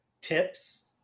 tips